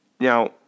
Now